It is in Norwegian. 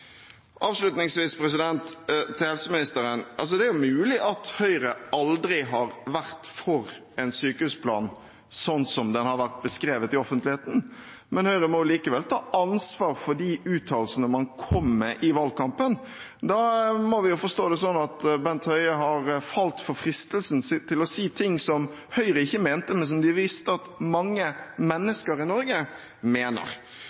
Avslutningsvis, til helseministeren: Det er mulig at Høyre aldri har vært for en sykehusplan, slik som den har vært beskrevet i offentligheten. Men Høyre må likevel ta ansvar for de uttalelsene man kom med i valgkampen. Da må vi forstå det slik at Bent Høie har falt for fristelsen til å si ting som Høyre ikke mente, men som de visste at mange mennesker i Norge mener.